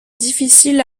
difficile